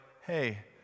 hey